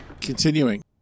Continuing